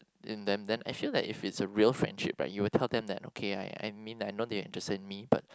in them then I feel that if it's a real friendship right you will tell them that okay I I mean I know you are interested in me but